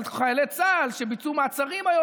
על חיילי צה"ל שביצעו מעצרים היום.